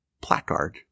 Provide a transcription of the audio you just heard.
placard